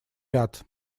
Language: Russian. ряд